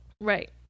Right